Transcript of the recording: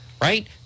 right